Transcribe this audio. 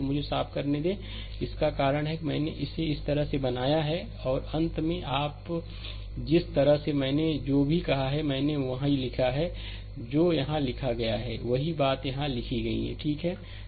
तो मुझे इसे साफ करने दें यही कारण है कि मैंने इसे इस तरह से बनाया है और अंत में यदि आप जिस तरह से मैंने जो भी कहा है मैंने वही लिखा है जो यहां लिखा गया है वही बात यहां लिखी गई है ठीक है